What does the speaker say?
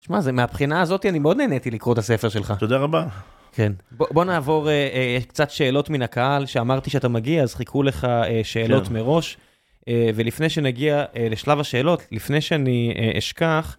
שמע, מהבחינה הזאת, אני מאוד נהניתי לקרוא את הספר שלך. תודה רבה. כן. בואו נעבור קצת שאלות מן הקהל. כשאמרתי שאתה מגיע, אז חיכו לך שאלות מראש. ולפני שנגיע לשלב השאלות, לפני שאני אשכח...